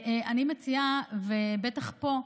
אני מציעה, ובטח פה,